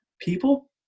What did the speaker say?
people